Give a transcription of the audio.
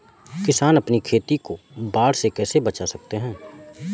किसान अपनी खेती को बाढ़ से कैसे बचा सकते हैं?